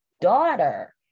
daughter